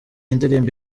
ndirimbo